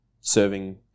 serving